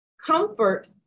Comfort